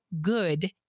good